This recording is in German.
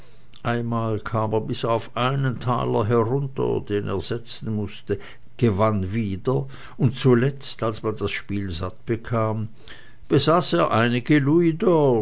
einmal kam er bis auf einen taler herunter den er setzen mußte gewann wieder und zuletzt als man das spiel satt bekam besaß er einige